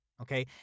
Okay